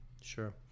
Sure